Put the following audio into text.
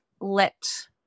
let